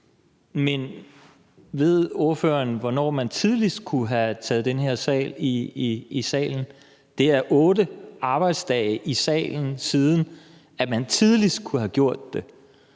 men ved ordføreren, hvornår man tidligst kunne have bragt den her sag i salen? Det er otte arbejdsdage i salen, siden man tidligst kunne have gjort det